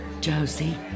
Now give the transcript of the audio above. Josie